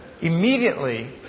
Immediately